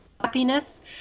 happiness